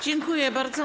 Dziękuję bardzo.